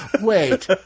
wait